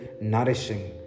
nourishing